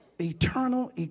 eternal